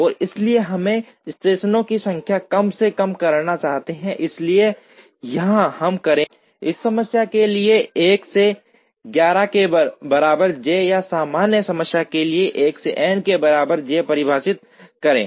और इसलिए हम स्टेशनों की संख्या कम से कम करना चाहते हैं इसलिए यहां हम करेंगे इस समस्या के लिए 1 से 11 के बराबर j या सामान्य समस्या के लिए 1 से n के बराबर j परिभाषित करें